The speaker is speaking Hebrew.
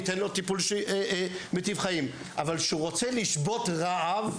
ניתן לו טיפול מיטיב חיים; אבל כשהוא רוצה לשבות רעב,